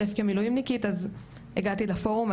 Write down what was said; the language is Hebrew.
להשתתף כמילואמניקית אז הגעתי לפורום,